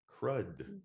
crud